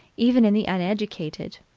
even in the uneducated,